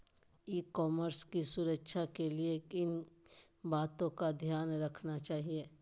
ई commerce की सुरक्षा के लिए किन बातों का ध्यान रखना चाहिए?